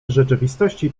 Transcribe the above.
rzeczywistości